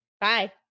Bye